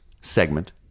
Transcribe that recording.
segment